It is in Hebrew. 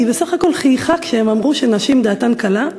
שהיא בסך הכול חייכה כשהם אמרו שנשים דעתן קלה,